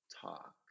talk